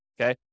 Okay